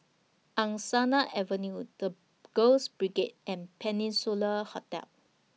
Angsana Avenue The Girls Brigade and Peninsula Hotel